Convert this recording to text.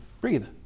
breathe